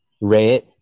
Red